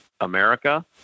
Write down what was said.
America